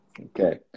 okay